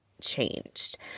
changed